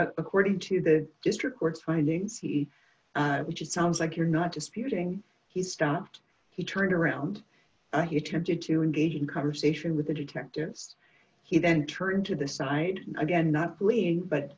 did according to the district court findings which it sounds like you're not disputing he stopped he turned around and he attempted to engage in conversation with the detective he then turned to the side again not fleeing but